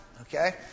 okay